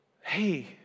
Hey